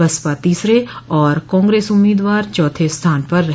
बसपा तीसरे और कांग्रेस उम्मीदवार चौथे स्थान पर रहे